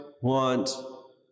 want